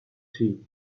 tea